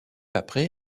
après